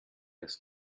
das